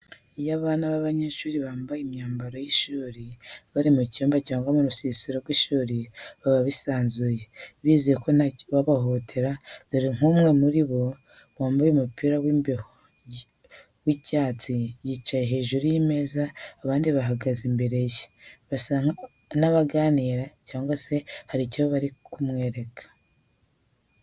Iyo abana bab'abanyeshuri bambaye imyambaro y’ishuri bari mu cyumba cyangwa mu rusisiro rw’ishuri baba bisanzuye, bizeye ko nta wabahohotera, dore nk'umwe muri bo wambaye umupira w'imbeho w'icyatsi yicaye hejuru y'ameza, abandi bahagaze imbere ye, basa n’abaganira cyangwa se hari icyo bari kumwereka.